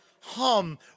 hum